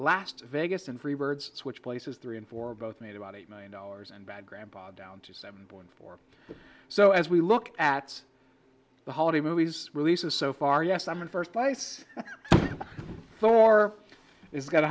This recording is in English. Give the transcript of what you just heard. last vegas and freebirds switch places three and four both made about eight million dollars and bad grandpa down to seven point four so as we look at the holiday movies releases so far yes i mean first by the war it's got a